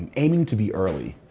aiming to be early.